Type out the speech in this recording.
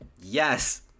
Yes